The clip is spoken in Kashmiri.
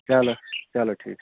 چلو چلو ٹھیٖک چھُ